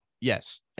yes